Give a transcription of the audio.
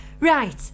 Right